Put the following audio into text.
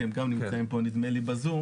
כי הם גם נמצאים פה נדמה לי בזום,